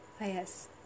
Yes